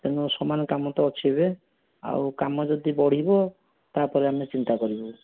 ତେଣୁ ସମାନ କାମ ତ ଅଛି ଏବେ ଆଉ କାମ ଯଦି ବଢ଼ିବ ତାପରେ ଆମେ ଚିନ୍ତା କରିବୁ